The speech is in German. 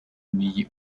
nie